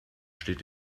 steht